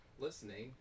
listening